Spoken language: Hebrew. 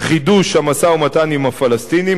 חידוש המשא-ומתן עם הפלסטינים,